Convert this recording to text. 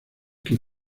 que